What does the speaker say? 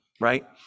right